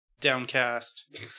DownCast